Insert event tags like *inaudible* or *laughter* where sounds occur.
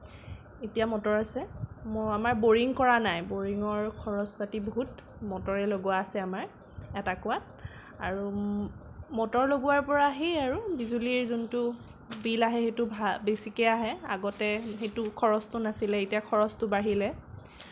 এতিয়া মটৰ আছে আমাৰ বৰিং কৰা নাই বৰিংৰ খৰচ পাতি বহুত মটৰে লগোৱা আছে আমাৰ এটা কুঁৱাত আৰু মটৰ লগোৱাৰ পৰা সেই আৰু বিজুলীৰ যোনটো বিল আহে সেইটো *unintelligible* বেছিকে আহে আগতে সেইটো খৰচটো নাছিলে এতিয়া খৰচটো বাঢ়িলে